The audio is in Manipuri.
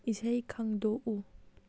ꯏꯁꯩ ꯈꯪꯗꯣꯛꯎ